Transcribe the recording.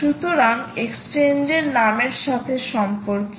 সুতরাং এক্সচেঞ্জের নামের সাথে সম্পর্কিত